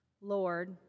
lord